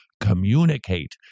communicate